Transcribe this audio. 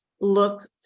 look